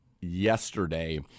yesterday